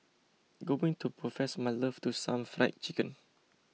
going to profess my love to some Fried Chicken